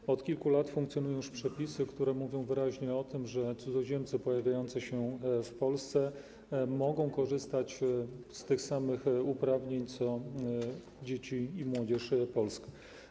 Już od kilku lat funkcjonują przepisy, które mówią wyraźnie o tym, że cudzoziemcy pojawiający się w Polsce mogą korzystać z tych samych uprawnień co dzieci i młodzież polskie.